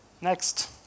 Next